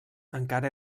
encara